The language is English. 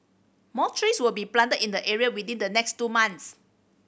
more trees will be planted in the area within the next two months